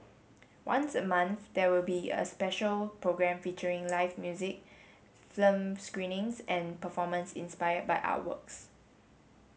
once a month there will also be a special programme featuring live music film screenings and performances inspired by artworks